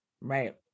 right